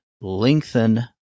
lengthen